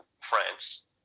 France